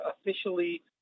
officially